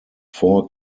four